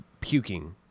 puking